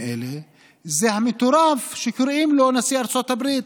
אלה זה המטורף שקוראים לו נשיא ארצות הברית,